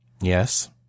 Yes